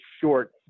short